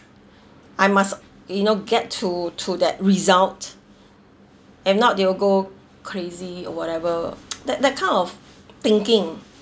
I must you know get to to that result if not they will go crazy or whatever that that kind of thinking